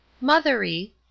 Mothery